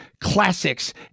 classics